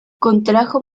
contrajo